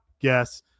yes